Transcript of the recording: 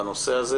בנושא הזה.